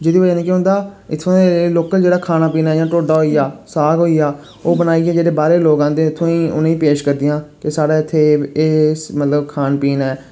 जेह्दी वजह् नै केह् होंदा इत्थुआं दे लोकल जेह्ड़ा खाना पीना जि'यां ढोड्डा होई गेआ साग होई गेआ ओह् बनाइयै जेह्ड़े बाह्रे दे लोक औंदे इत्थुआं दे उ'नें पेश करदियां कि साढ़ा इत्थै एह् एह् मतलब खानपीन ऐ